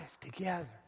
together